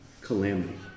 calamity